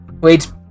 wait